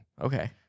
Okay